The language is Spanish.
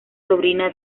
sobrina